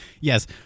Yes